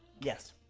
Yes